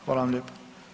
Hvala vam lijepo.